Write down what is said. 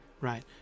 right